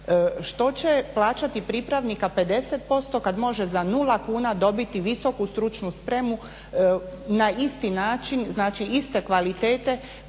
što će plaćati pripravnika 50% kad može za nula kuna dobiti visoku stručnu spremu na isti način, znači iste kvalitete